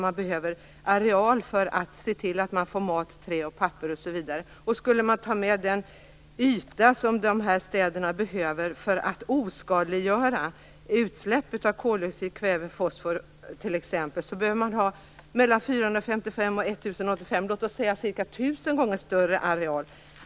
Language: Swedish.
Man behöver alltså areal för att kunna se till att man får mat, trä och papper. Om man skulle ta med den yta som dessa städer behöver för att oskadliggöra utsläpp av t.ex. koldioxid, kväve och fosfor behöver man ha mellan 455 och 1 085 - låt oss säga ca 1 000 - gånger större areal.